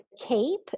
Cape